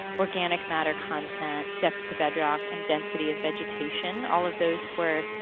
organic matter content, depth to bedrock and density of vegetation. all of those were